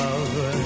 Love